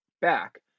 back